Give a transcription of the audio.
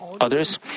others